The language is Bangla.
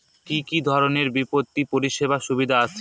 কি কি ধরনের বিত্তীয় পরিষেবার সুবিধা আছে?